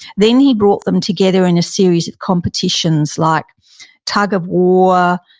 then he brought them together in a series of competitions like tug-of-war,